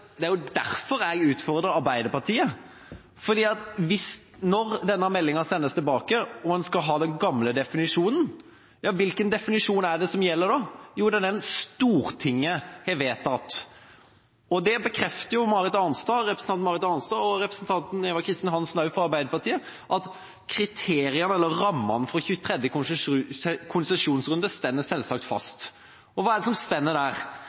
gjelder da? Jo, den Stortinget har vedtatt. Representanten Marit Arnstad fra Senterpartiet og representanten Eva Kristin Hansen fra Arbeiderpartiet bekrefter jo at kriteriene, eller rammene, for 23. konsesjonsrunde står fast. Og hva er det som står der?